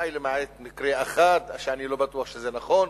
אולי למעט מקרה אחד שאני לא בטוח שזה נכון,